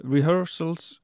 Rehearsals